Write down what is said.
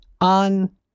on